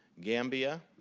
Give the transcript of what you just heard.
gambia,